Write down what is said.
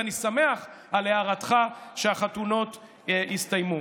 ואני שמח על הערתך שהחתונות הסתיימו.